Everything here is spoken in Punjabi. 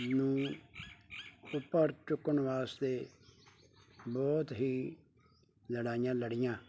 ਨੂੰ ਉੱਪਰ ਚੁੱਕਣ ਵਾਸਤੇ ਬਹੁਤ ਹੀ ਲੜਾਈਆਂ ਲੜੀਆਂ